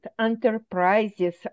enterprises